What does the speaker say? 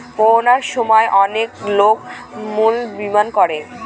করোনার সময় অনেক লোক স্মল বিজনেস করে